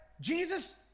Jesus